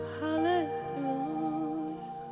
hallelujah